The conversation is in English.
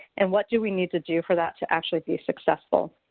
and what do we need to do for that to actually be successful?